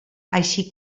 així